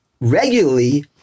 regularly